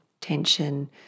tension